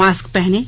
mask पहनें